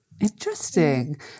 Interesting